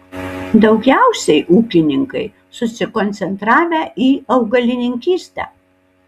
daugiausiai ūkininkai susikoncentravę į augalininkystę